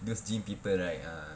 because gym people right ah